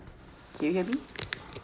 can you hear me